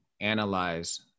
analyze